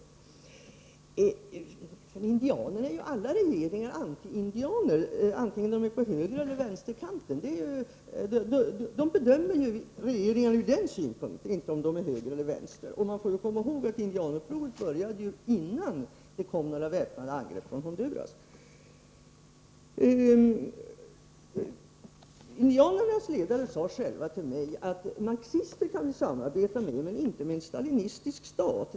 För indianerna representerar ju alla regeringar anti-indianer, vare sig de är på högereller vänsterkanten. Indianerna bedömer regeringar från den synpunkten. Man får också komma ihåg att indianupproret började innan det förekom några väpnade angrepp från Honduras. Indianernas ledare sade själva till mig att de kunde samarbeta med marxister, men inte med en stalinistisk stat.